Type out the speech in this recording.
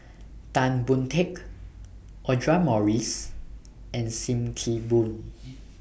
Tan Boon Teik Audra Morrice and SIM Kee Boon